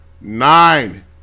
nine